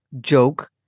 joke